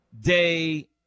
day